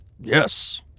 Yes